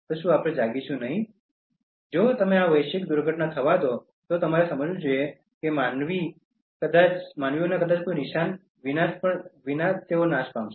અને જો તમે આ વૈશ્વિક દુર્ઘટના થવા દો તો તમારે સમજવું જોઈએ કે માનવીઓ કદાચ કોઈ નિશાન વિના નાશ પામશે